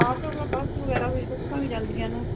auto ਕਿਉਂ bus ਵਗੈਰਾ ਵੀ ਬੱਸਾਂ ਵੀ ਜਾਂਦੀਆਂ ਨੇ